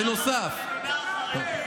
בנוסף, קשה להם.